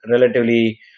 relatively